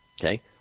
Okay